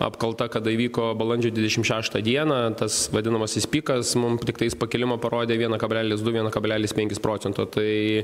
apkalta kada įvyko balandžio dvidešim šeštą dieną tas vadinamasis pikas mum tiktais pakilimo parodė vieną kablelis du vieną kablelis penkis procento tai